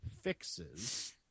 fixes